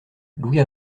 louis